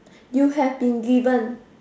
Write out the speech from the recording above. you have been given